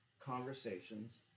conversations